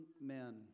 men